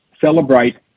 celebrate